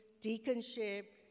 deaconship